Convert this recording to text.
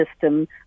system